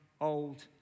old